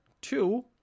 two